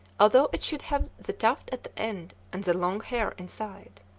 although it should have the tuft at the end and the long hair inside.